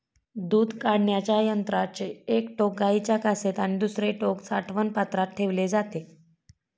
दूध काढण्याच्या यंत्राचे एक टोक गाईच्या कासेत आणि दुसरे टोक दूध साठवण पात्रात ठेवले जाते